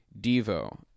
Devo